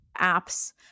apps